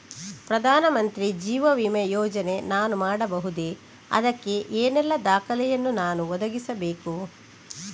ಪ್ರಧಾನ ಮಂತ್ರಿ ಜೀವ ವಿಮೆ ಯೋಜನೆ ನಾನು ಮಾಡಬಹುದೇ, ಅದಕ್ಕೆ ಏನೆಲ್ಲ ದಾಖಲೆ ಯನ್ನು ನಾನು ಒದಗಿಸಬೇಕು?